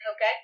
Okay